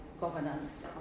governance